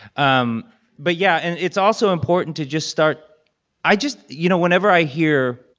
um but, yeah. and it's also important to just start i just you know, whenever i hear,